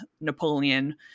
Napoleon